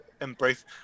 embrace